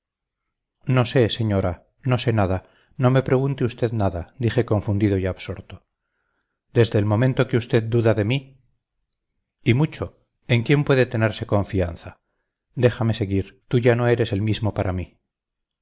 no sé señora no sé nada no me pregunte usted nada dije confundido y absorto desde el momento que usted duda de mí y mucho en quién puede tenerse confianza déjame seguir tú ya no eres el mismo para mí